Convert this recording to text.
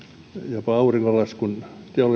jopa auringonlaskun